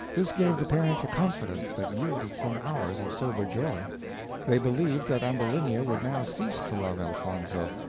this gave the parents a confidence that yielded some hours of sober joy they believed that ambulinia would now cease to love elfonzo,